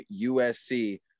USC